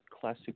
classic